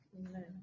Amen